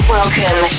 welcome